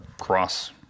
cross